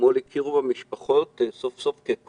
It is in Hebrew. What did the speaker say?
אתמול הכירו סוף-סוף במשפחות כקורבן.